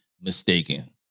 mistaken